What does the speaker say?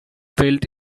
felt